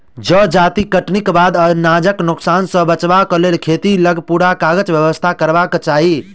जजाति कटनीक बाद अनाजक नोकसान सॅ बचबाक लेल खेतहि लग पूरा काजक व्यवस्था करबाक चाही